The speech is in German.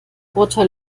urteil